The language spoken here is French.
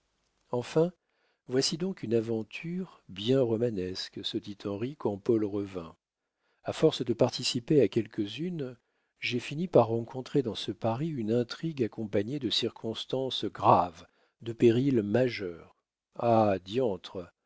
enfin voici donc une aventure bien romanesque se dit henri quand paul revint a force de participer à quelques-unes j'ai fini par rencontrer dans ce paris une intrigue accompagnée de circonstances graves de périls majeurs ah diantre